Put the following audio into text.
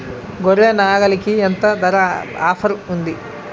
గొర్రె, నాగలికి ఎంత ధర ఆఫర్ ఉంది?